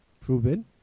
proven